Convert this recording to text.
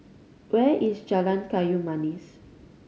where is Jalan Kayu Manis